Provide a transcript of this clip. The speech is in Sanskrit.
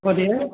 महोदय